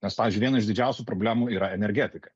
nes pavyzdžiui viena iš didžiausių problemų yra energetika